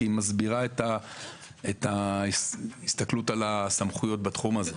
כי היא מסבירה את ההסתכלות על הסמכויות בתחום הזה.